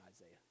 Isaiah